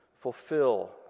Fulfill